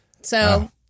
So-